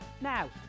Now